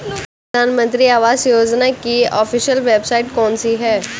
प्रधानमंत्री आवास योजना की ऑफिशियल वेबसाइट कौन सी है?